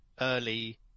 early